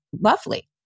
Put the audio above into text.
lovely